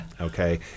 Okay